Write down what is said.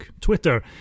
Twitter